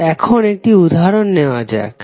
তো এখন একটি উদাহরণ নেওয়া যাক